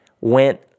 went